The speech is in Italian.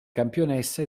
campionessa